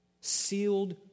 sealed